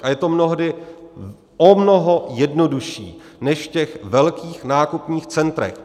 A je to mnohdy o mnoho jednodušší než v těch velkých nákupních centrech.